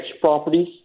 properties